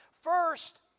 First